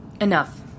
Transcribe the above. Enough